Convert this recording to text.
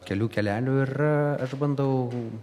kelių kelelių ir aš bandau